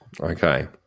Okay